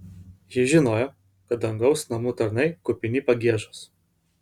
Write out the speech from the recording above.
ji žinojo kad dangaus namų tarnai kupini pagiežos